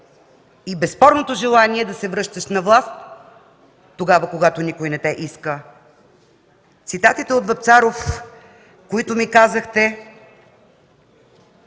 и безспорното желание да се връщаш на власт тогава, когато никой не те иска. На цитатите от Вапцаров, които ми казахте,